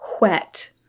wet